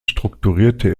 strukturierte